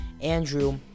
Andrew